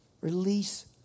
Release